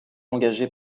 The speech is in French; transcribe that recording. engagée